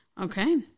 okay